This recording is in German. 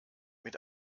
mit